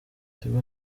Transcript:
tigo